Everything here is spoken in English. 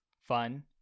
fun